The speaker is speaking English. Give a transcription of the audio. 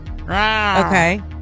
Okay